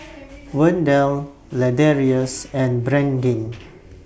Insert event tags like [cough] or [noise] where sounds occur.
[noise] Wendell Ladarius and Brandin